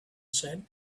said